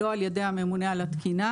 לא על ידי הממונה על התקינה.